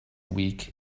week